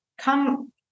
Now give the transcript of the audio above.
come